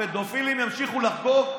הפדופילים ימשיכו לחגוג.